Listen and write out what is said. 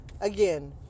Again